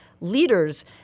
leaders